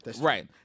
Right